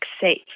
safe